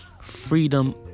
freedom